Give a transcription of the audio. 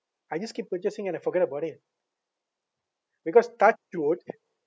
I just keep purchasing and I forget about it because touch wood